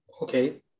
Okay